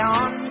on